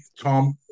Tom